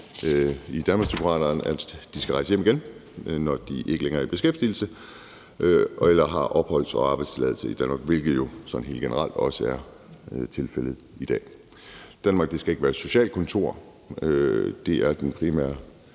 at de skal rejse hjem igen, når de ikke længere er i beskæftigelse eller har opholds- og arbejdstilladelse i Danmark, hvilket jo sådan helt generelt også er tilfældet i dag. Danmark skal ikke være et socialkontor. Det er den primære